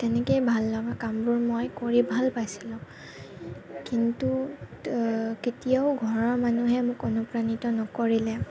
তেনেকেই ভাল লগা কামবোৰ কৰি মই ভাল পাইছিলো কিন্তু কেতিয়াও ঘৰৰ মানুহে মোক অনুপ্ৰাণিত নকৰিলে